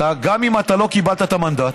גם אם אתה לא קיבלת את המנדט,